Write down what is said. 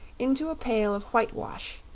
into a pail of whitewash,